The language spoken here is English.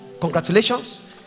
Congratulations